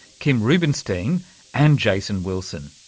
kim rubenstein and jason wilson.